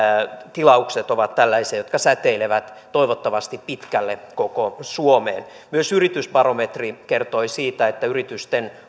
tilaukset ovat tällaisia jotka säteilevät toivottavasti pitkälle koko suomeen myös yritysbarometri kertoi siitä että yritysten